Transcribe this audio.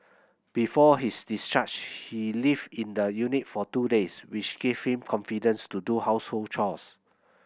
before his discharge he lived in the unit for two days which gave him confidence to do household chores